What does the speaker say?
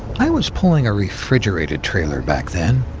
i was pulling a refrigerated trailer back then,